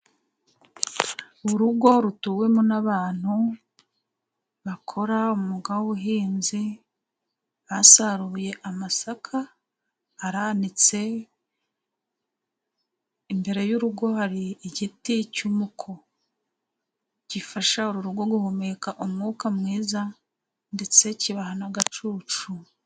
Uru rugo rutuwemo n'abantu bakora umwuga w'ubuhinzi, basaruye amasaka aranitse imbere y'urugo hari igiti cy'umuko, gifasha urugo guhumeka umwuka mwiza ndetse kibaha n'agacucu.